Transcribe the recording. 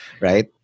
right